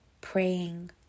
praying